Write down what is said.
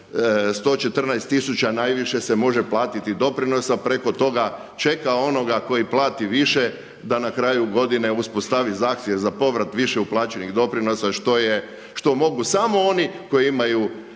114 tisuća najviše se može platiti doprinosa. Preko toga čeka onoga koji plati više da na kraju godine uspostavi zahtjev za povrat više uplaćenih doprinosa što je, što mogu samo oni koji imaju